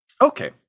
Okay